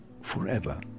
forever